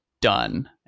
done